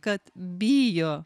kad bijo